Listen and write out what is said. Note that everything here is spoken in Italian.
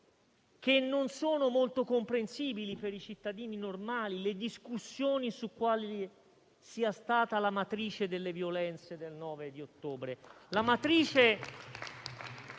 che non sono molto comprensibili per i cittadini normali le discussioni su quale sia stata la matrice delle violenze del 9 ottobre.